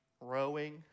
rowing